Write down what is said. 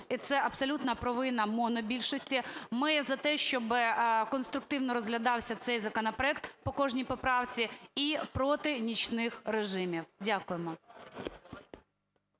це абсолютна провина монобільшості. Ми за те, щоб конструктивно розглядався цей законопроект по кожній поправці і проти нічних режимів. Дякуємо.